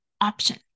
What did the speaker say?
option